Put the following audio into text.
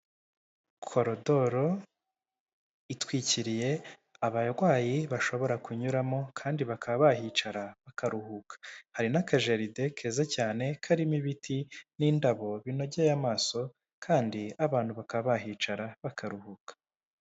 Korodoro itwikiriye abarwayi bashobora kunyuramo kandi bakaba bahicara bakaruhuka hari n'akajeride keza cyane karimo ibiti n'indabo binogeye amaso kandi abantu bakaba bahicara bakaruhuka.